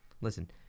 listen